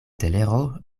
telero